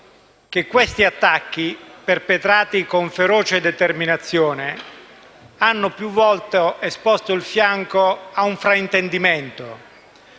che tali attacchi, perpetrati con feroce determinazione, hanno più volte esposto il fianco a un fraintendimento,